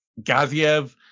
Gaziev